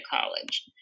college